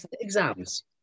exams